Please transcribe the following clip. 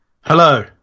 hello